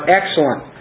excellent